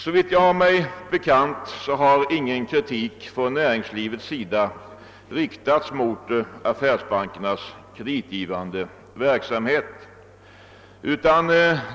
Såvitt jag har mig bekant har ingen kritik från näringslivets sida riktats mot = affärsbankernas <kreditgivande verksamhet.